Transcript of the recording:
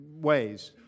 ways